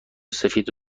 سفید